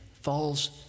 falls